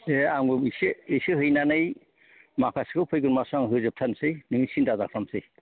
ए आंबो एसे एसे हैनानै माखासेखौ फैगोन मासाव आं होजोब थारसै नों सिन्था दाखालामसै